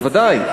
בוודאי.